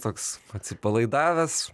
toks atsipalaidavęs